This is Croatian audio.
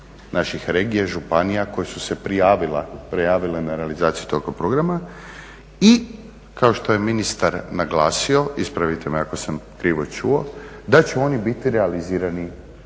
naših regija i županija koje su se prijavile na realizaciju tog programa i kao što je ministar naglasio, ispravite me ako sam krivo čuo, da će oni biti realizirani